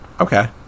okay